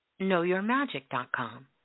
KnowYourMagic.com